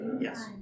Yes